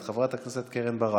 את חברת הכנסת קרן ברק,